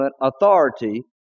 authority